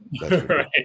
Right